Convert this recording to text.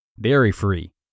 dairy-free